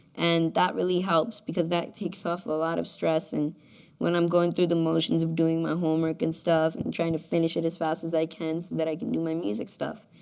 and that really helps. because that takes off a lot of stress and when i'm going through the motions of doing my homework and stuff and trying to finish it as fast as i can so that i can do my music stuff.